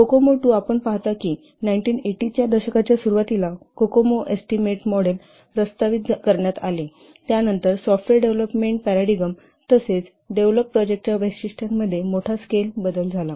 COCOMO II आपण पाहता की 1980 च्या दशकाच्या सुरुवातीला कोकोमो एस्टीमेट मॉडेल प्रस्तावित करण्यात आले त्यानंतर सॉफ्टवेअर डेव्हलपमेंट पाराडिगम तसेच डेव्हलप प्रोजेक्टच्या वैशिष्ट्यांमध्ये मोठ्या स्केल बदल झाला आहे